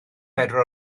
bedwar